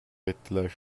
ettiler